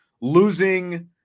losing